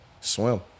swim